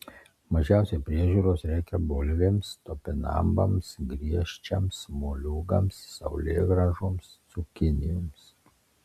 mažiausiai priežiūros reikia bulvėms topinambams griežčiams moliūgams saulėgrąžoms cukinijoms